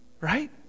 Right